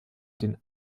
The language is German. den